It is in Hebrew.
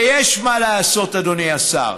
ויש מה לעשות, אדוני השר.